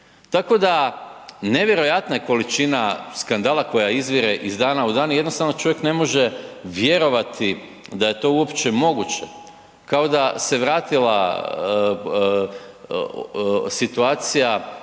Tako da, nevjerojatna je količina skandala koja izvire iz dana u dan i jednostavno čovjek ne može vjerovati da je to uopće moguće. Kao da se vratila situacija